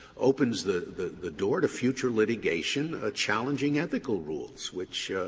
opens the the door to future litigation ah challenging ethical rules, which